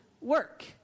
work